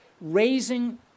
raising